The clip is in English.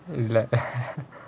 is bad